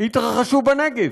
התרחשו בנגב,